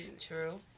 True